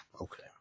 okay